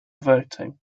voting